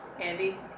andy